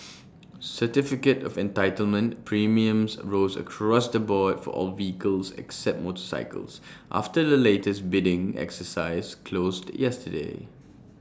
certificate of entitlement premiums rose across the board for all vehicles except motorcycles after the latest bidding exercise closed yesterday